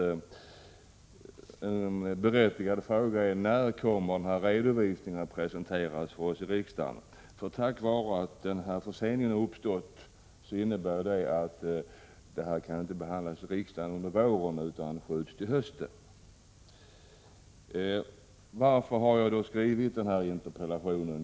Min berättigade fråga är därför: När kommer denna redovisning att presenteras för oss i riksdagen? Den försening som har skett innebär att riksdagen inte kan behandla propositionen under våren, utan den skjuts över till hösten. Varför har jag då skrivit denna interpellation?